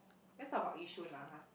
let's talk about Yishun lah har